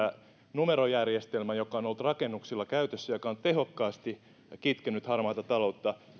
numerojärjestelmää joka on ollut rakennuksilla käytössä ja joka on tehokkaasti kitkenyt harmaata taloutta